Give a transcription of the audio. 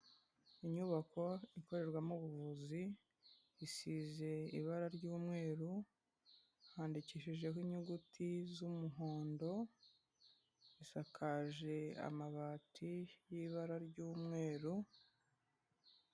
Inyubako ikorerwamo ubuvuzi, isize ibara ry'umweru, handikishijeho inyuguti z'umuhondo, isakaje amabati y'ibara ry'umweru.